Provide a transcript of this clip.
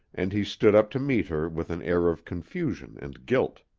and he stood up to meet her with an air of confusion and guilt.